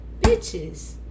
bitches